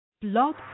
Blog